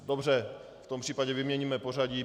Dobře, v tom případě vyměníme pořadí.